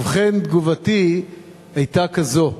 ובכן, תגובתי היתה כזאת: